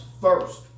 first